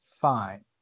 fine